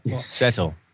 Settle